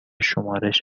شمارش